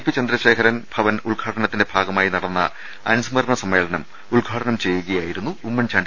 P Chandrasekharan Bhavan ഉദ്ഘാടനത്തിന്റെ ഭാഗമായി നടന്ന അനുസ്മരണ സമ്മേളനം ഉദ്ഘാടനം ചെയ്യുകയായിരുന്നു ഉമ്മൻചാ ണ്ടി